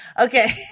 Okay